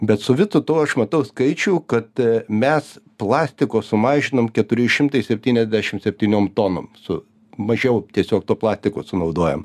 bet su visu tuo aš matau skaičių kad mes plastiko sumažinom keturiais šimtais septyniasdešim septyniom tonom su mažiau tiesiog to plastiko sunaudojam